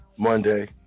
Monday